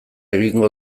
egingo